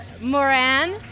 Moran